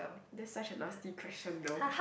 that's such a nasty question though